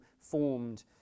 formed